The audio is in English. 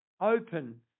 open